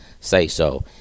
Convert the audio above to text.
say-so